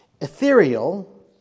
ethereal